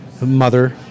Mother